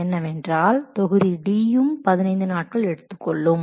என்னவென்றால் தொகுதி D யும் 15 நாட்கள் எடுத்துக்கொள்ளும்